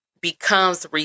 becomes